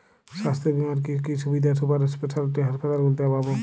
স্বাস্থ্য বীমার কি কি সুবিধে সুপার স্পেশালিটি হাসপাতালগুলিতে পাব?